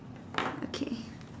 okay